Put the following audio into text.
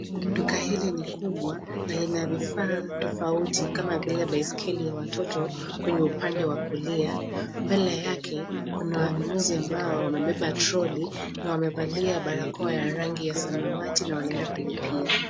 Duka hili ni kubwa na lina vifaa tofauti kama vile baiskeli ya watoyo kwenye uande wa kulia mbele yake kuna wanunuzi ambao wamebeba troli na wamevalia barakoa ya rangi ya samawati na wanaenda kulipia.